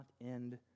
end